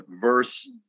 verse